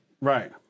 Right